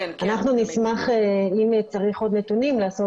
אנחנו נשמח אם צריך עוד נתונים לעשות